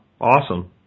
awesome